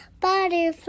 Butterfly